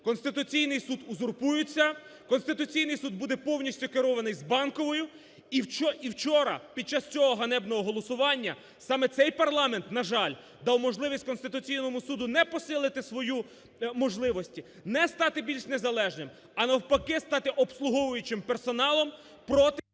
Конституційний Суд узурпується. Конституційний Суд буде повністю керований з Банкової. І вчора, під час цього ганебного голосування, саме цей парламент, на жаль, дав можливість Конституційному Суду не посилити свої можливості, не стати більш незалежним, а навпаки стати обслуговуючим персоналом проти…